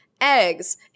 eggs